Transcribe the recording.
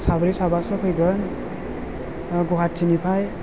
साब्रै साबासो फैगोन गुवाहाटीनिफ्राय